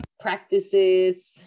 Practices